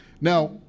Now